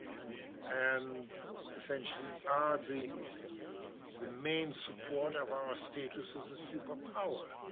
and and essentially are the the main support of our status as a superpower.